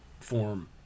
form